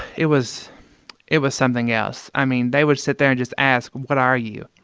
it was it was something else. i mean, they would sit there and just ask, what are you?